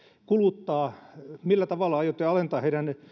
kuluttaa millä tavalla aiotte alentaa